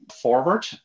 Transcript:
forward